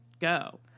go